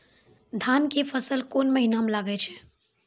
धान के फसल कोन महिना म लागे छै?